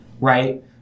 right